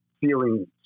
feeling